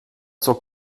zur